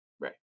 Right